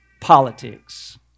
Politics